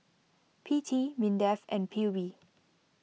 P T Mindef and P U B